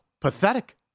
pathetic